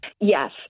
Yes